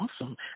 Awesome